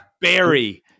Barry